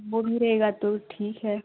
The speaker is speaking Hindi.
वह भी रहेगा तो ठीक है